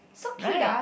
so cute ah